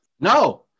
No